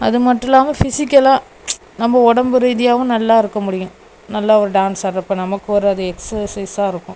அது மட்டும் இல்லாமல் ஃபிசிக்கலாக நம்ப உடம்பு ரீதியாகவும் நல்லா இருக்க முடியும் நல்லா ஒரு டான்ஸ் ஆடுறப்ப நமக்கு ஒரு அது எக்ஸசைஸாக இருக்கும்